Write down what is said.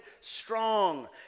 strong